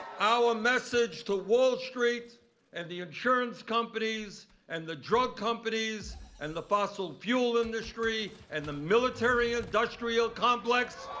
our message to wall street and the insurance companies and the drug companies and the fossil fuel industries and the military-industrial complex